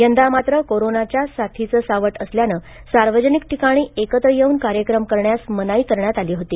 यंदा मात्र कोरोनाच्या साथीचं सावट असल्यानं सार्वजनिक ठिकाणी एकत्र येऊन कार्यक्रम करण्यास मनाई करण्यात आली होती